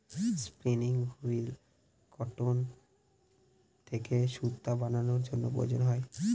spinning wheel cotton থেকে সুতা বানানোর জন্য প্রয়োজন হয়